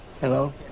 Hello